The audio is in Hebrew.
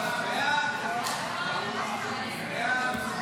על שופטים (תיקון מס' 6) (בחירת הנציב),